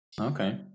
okay